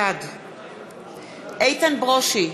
בעד איתן ברושי,